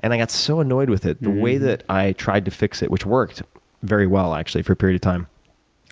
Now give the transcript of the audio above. and i got so annoyed with it. the way that i tried to fix it which worked very well, actually, for a period of time